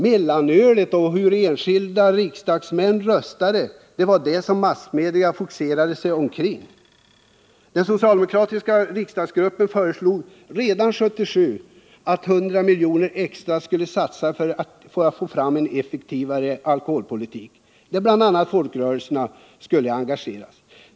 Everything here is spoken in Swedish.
Mellanölsbeslutet och frågan hur enskilda riksdagsledamöter röstade var det som massmedia fixerade sig vid. Den socialdemokratiska riksdagsgruppen föreslog redan 1977 att 100 milj.kr. extra skulle satsas för en effektivare alkoholpolitik, där bl.a. folkrörelserna skulle engageras.